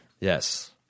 yes